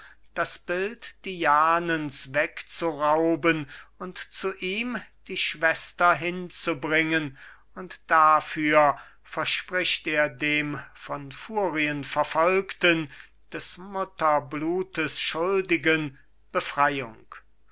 das bild dianens wegzurauben und zu ihm die schwester hinzubringen und dafür verspricht er dem von furien verfolgten des mutterblutes schuldigen befreiung